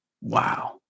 Wow